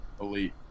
Elite